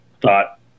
thought